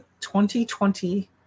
2020